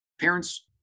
parents